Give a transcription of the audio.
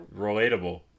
Relatable